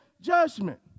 judgment